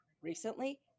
recently